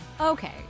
Okay